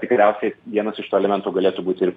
tikriausiai vienas iš tų elementų galėtų būti ir